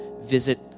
visit